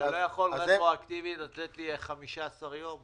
אז אתה לא יכול לתת 15 יום רטרואקטיבית?